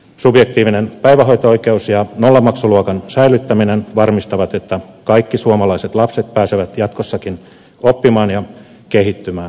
subjektiivinen päivähoito oikeus ja nollamaksuluokan säilyttäminen varmistavat että kaikki suomalaiset lapset pääsevät jatkossakin oppimaan ja kehittymään päiväkotipalveluiden pariin